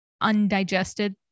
undigested